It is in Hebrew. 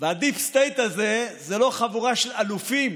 והדיפ סטייט הזה זה לא חבורה של אלופים